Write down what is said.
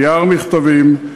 נייר מכתבים,